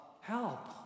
Help